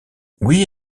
oui